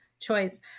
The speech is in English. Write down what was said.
choice